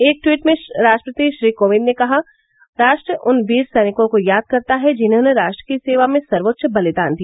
एक ट्वीट में राष्ट्रपति श्री कोविंद ने कहा राष्ट्र उन वीर सैनिकों को याद करता है जिन्होंने राष्ट्र की सेवा में सर्वोच्च बलिदान दिया